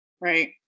Right